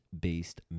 based